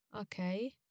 Okay